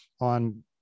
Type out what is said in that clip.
on